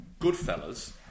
Goodfellas